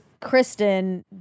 Kristen